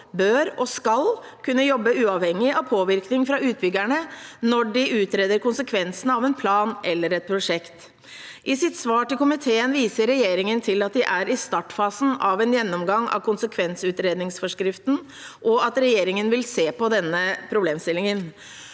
bør og skal kunne jobbe uavhengig av påvirkning fra utbyggerne når de utreder konsekvensene av en plan eller et prosjekt. I sitt svar til komiteen viser regjeringen til at de er i startfasen av en gjennomgang av konsekvensutredningsforskriften, og at regjeringen vil se på denne problemstillingen.